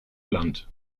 land